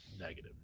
negative